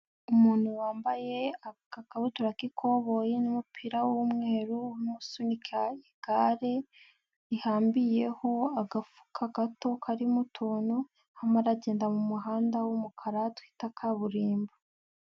Umuntu wambaye agakabutura k'ikoboyi n'umupira w'umweru, urimo umusunika igare, rihambiriyeho agafuka gato karimo utuntu, arimo aragenda mu muhanda w'umukara twita kaburimbo.